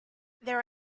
there